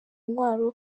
intwaro